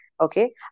Okay